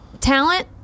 Talent